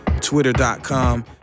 Twitter.com